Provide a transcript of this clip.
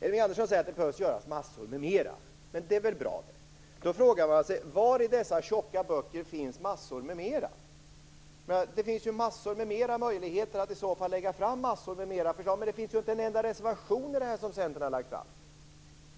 Elving Andersson säger att det behövs göras "massor med mera". Det är väl bra. Då frågar man sig var i dessa tjocka böcker "massor med mera" finns. Det finns ju "massor med mera" möjligheter att lägga fram "massor med mera" förslag. Men det finns ju inte en enda reservation i detta från Centern.